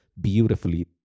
beautifully